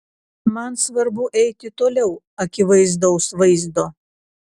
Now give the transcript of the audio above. man svarbu eiti toliau akivaizdaus vaizdo